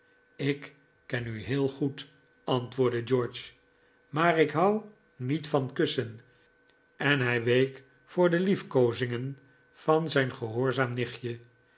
ik ken u heel goed antwoordde george maar ik hou niet van kussen en hij week voor de liefkoozingen van zijn gehoorzaam nichtje